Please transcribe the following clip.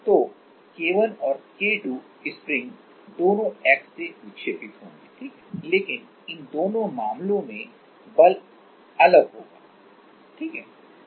तो K1 और K2 spring दोनों x से विक्षेपित होंगे ठीक है लेकिन इन दोनों मामलों में बल अलग होगा ठीक है